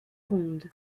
ronde